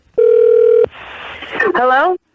hello